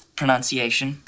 pronunciation